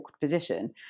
position